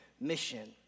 mission